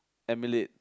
emulate